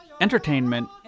entertainment